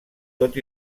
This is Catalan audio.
tot